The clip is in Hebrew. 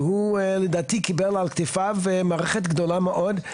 שהוא לדעתי קיבל על כתפיו מערכת גדולה מאוד.